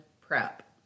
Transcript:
prep